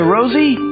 Rosie